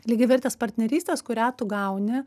lygiavertės partnerystės kurią tu gauni